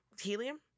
helium